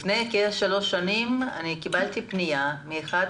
לפני כשלוש שנים קיבלתי פנייה מאחד